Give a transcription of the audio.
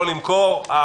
למכור.